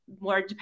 more